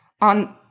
on